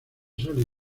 sally